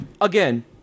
again